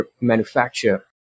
manufacture